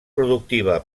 productiva